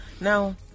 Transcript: now